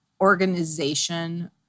organization